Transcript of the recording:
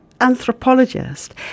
anthropologist